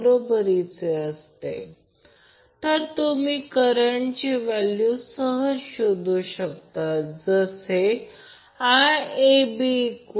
त्याचप्रमाणे Ib Ia angle 120o Ia चे मूल्य भरल्यास त्यामुळे Ib हे एवढे होईल